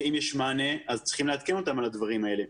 ואם יש מענה אז צריכים לעדכן אותם על הדברים האלה.